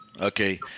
Okay